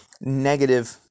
negative